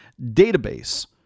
database